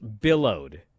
Billowed